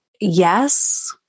yes